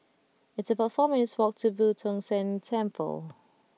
it's about four minutes' walk to Boo Tong San Temple